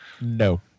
No